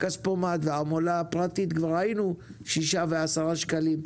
העמלה של הכספומט הפרטי היא 6 10 שקלים,